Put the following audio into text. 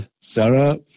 Sarah